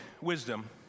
wisdom